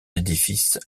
édifice